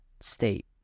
state